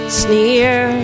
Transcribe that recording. sneer